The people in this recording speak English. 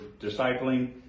discipling